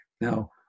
Now